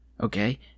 okay